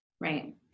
Right